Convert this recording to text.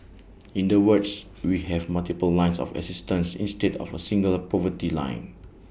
in the words we have multiple lines of assistance instead of A single poverty line